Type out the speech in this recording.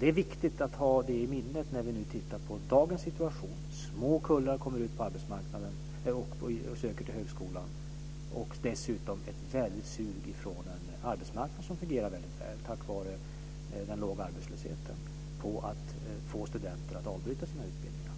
Det är viktigt att ha det i minnet när vi ser på dagens situation: Små kullar söker till högskolan och dessutom är det ett väldigt sug från en arbetsmarknad som fungerar väl, tack vare den låga arbetslösheten, och får studenter att avbryta sina utbildningar.